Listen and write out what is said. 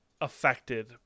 affected